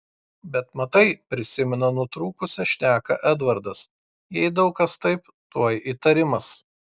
bet matai prisimena nutrūkusią šneką edvardas jei daug kas taip tuoj įtarimas